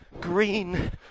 green